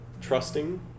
trusting